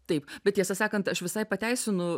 taip bet tiesą sakant aš visai pateisinu